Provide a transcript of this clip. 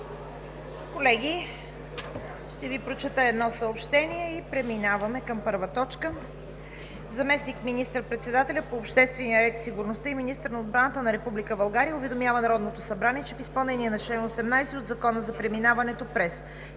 Колеги, ще Ви прочета едно съобщение и преминаваме към първа точка. Заместник министър-председателят по обществения ред и сигурността и министър на отбраната на Република България уведомява Народното събрание, че в изпълнение на чл. 18 от Закона за преминаването през